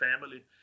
family